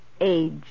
Age